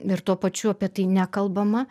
ir tuo pačiu apie tai nekalbama